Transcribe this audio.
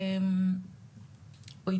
בבקשה.